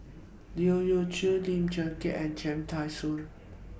Leu Yew Chye Lim Leong Geok and Cham Tao Soon